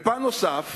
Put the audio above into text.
פן נוסף